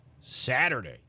Saturday